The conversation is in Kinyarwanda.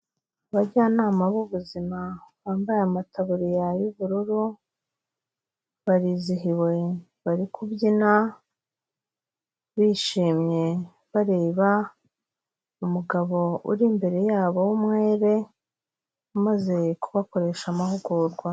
Abajyanama b'ubuzima bambaye amataburiya y'ubururu, barizihiwe bari kubyina, bishimye bareba umugabo uri imbere yabo w'umwere, umaze kubakoresha amahugurwa.